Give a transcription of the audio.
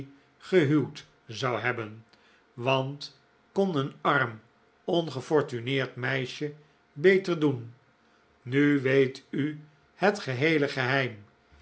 gehuwd zou hebben want kon een arm ongefortuneerd meisje beter doen nu weet u het geheele geheim